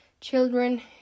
children